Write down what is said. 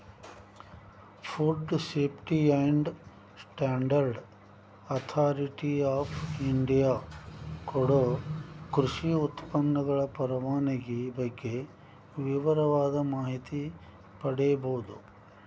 food safety and standard authority of India ಕೊಡೊ ಕೃಷಿ ಉತ್ಪನ್ನಗಳ ಪರವಾನಗಿ ಬಗ್ಗೆ ವಿವರವಾದ ಮಾಹಿತಿ ಪಡೇಬೋದು